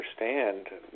understand